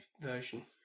version